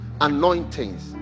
anointings